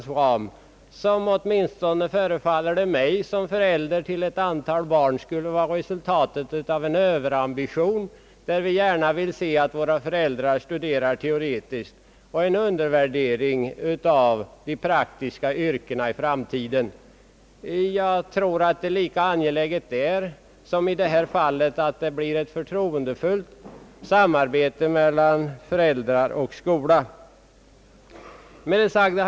Det förefaller åtminstone mig, såsom förälder till ett antal barn, som om detta skulle vara resultatet av en överambition — vi vill ju gärna se att våra barn studerar teoretiskt — och en undervärdering av de praktiska yrkena i framtiden. Jag tror att det är lika angeläget att det därvidlag, lika väl som i det här fallet, blir ett förtroendefullt samarbete mellan föräldrar och skola. Herr talman!